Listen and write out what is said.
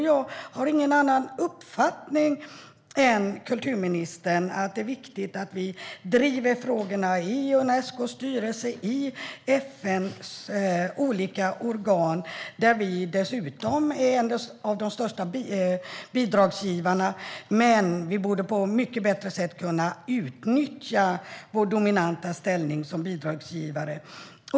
Jag har ingen annan uppfattning än kulturministern om att det är viktigt att vi driver frågorna i Unescos styrelse och i FN:s olika organ, där vi dessutom är en av de största bidragsgivarna. Men vi borde på ett mycket bättre sätt kunna utnyttja vår dominanta ställning som bidragsgivare.